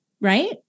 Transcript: right